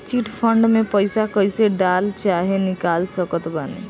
Chit fund मे पईसा कईसे डाल चाहे निकाल सकत बानी?